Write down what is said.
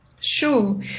Sure